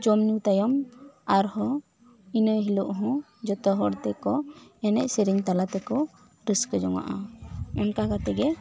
ᱡᱚᱢ ᱧᱩ ᱛᱟᱭᱚᱢ ᱟᱨᱦᱚᱸ ᱤᱱᱟ ᱦᱤᱞᱚᱜ ᱦᱚᱸ ᱡᱚᱛᱚ ᱦᱚᱲ ᱛᱮᱠᱚ ᱮᱱᱮᱡ ᱥᱮᱨᱮᱧ ᱛᱟᱞᱟ ᱛᱮᱠᱚ ᱨᱟᱹᱥᱠᱟᱹ ᱡᱚᱝᱚᱜᱼᱟ ᱚᱱᱠᱟ ᱠᱟᱛᱮ ᱜᱮ